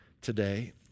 today